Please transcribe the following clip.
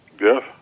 yes